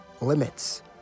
limits